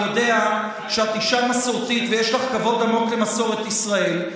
אני יודע שאת אישה מסורתית ויש לך כבוד עמוק למסורת ישראל.